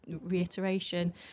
reiteration